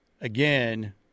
again